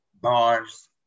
bars